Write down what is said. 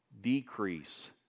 decrease